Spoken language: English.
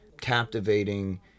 captivating